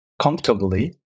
comfortably